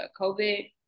COVID